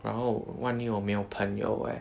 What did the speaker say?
然后万一我没有朋友 eh